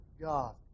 God